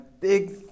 big